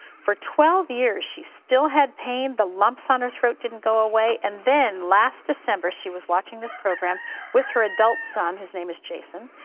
for twelve years, she still had pain. the lumps on her throat didn't go away. and then last december, she was watching this program with her adult son, whose name is jason,